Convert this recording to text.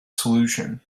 solution